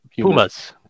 Pumas